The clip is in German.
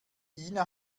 ina